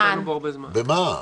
במה?